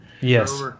Yes